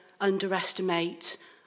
underestimate